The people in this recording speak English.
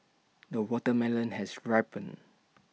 the watermelon has ripened